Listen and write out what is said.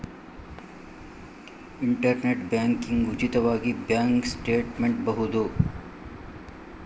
internet banking ಉಚಿತವಾಗಿ bank statement ಬಹುದು